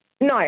No